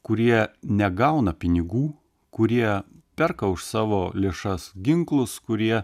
kurie negauna pinigų kurie perka už savo lėšas ginklus kurie